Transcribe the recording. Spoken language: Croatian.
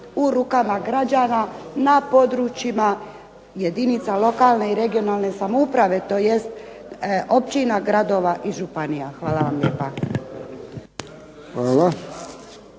u rukama građana na područjima jedinica lokalne i područne (regionalne) samouprave, tj. općina, gradova i županija. Hvala lijepa.